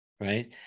right